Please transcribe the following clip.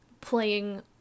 playing